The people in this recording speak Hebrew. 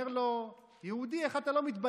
אומר לו: יהודי, איך אתה לא מתבייש?